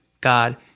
God